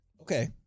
Okay